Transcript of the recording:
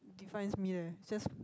defines me leh just